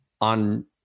on